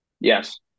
Yes